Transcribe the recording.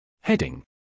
Heading